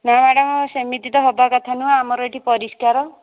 ନା ମ୍ୟାଡ଼ାମ୍ ସେମିତି ତ ହେବା କଥା ନୁହେଁ ଆମର ଏଠି ପରିଷ୍କାର